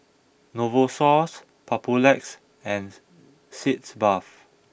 Novosource Papulex and Sitz bath